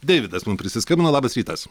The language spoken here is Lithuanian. deividas mums prisiskambino labas rytas